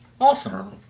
Awesome